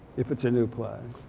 if it's a new play.